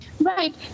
Right